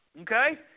Okay